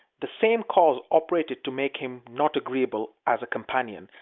the same cause operated to make him not agreeable as a companion,